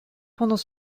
pendant